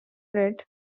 unit